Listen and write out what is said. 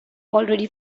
already